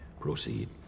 Proceed